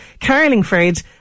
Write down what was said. Carlingford